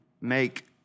make